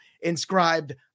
inscribed